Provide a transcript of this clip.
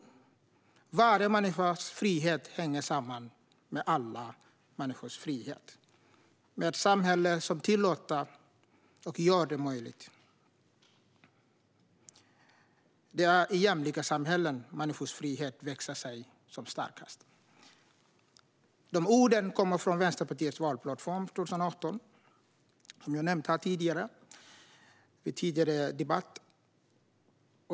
Varje människas frihet hänger samman med alla människors frihet, med ett samhälle som tillåter och gör den möjlig. Det är i jämlika samhällen människors frihet växer sig som starkast. De här orden kommer från Vänsterpartiets valplattform 2018 som jag har nämnt här i en tidigare debatt.